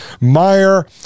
Meyer